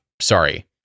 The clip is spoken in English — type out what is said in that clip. Sorry